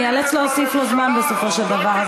אני איאלץ להוסיף לו זמן בסופו של דבר,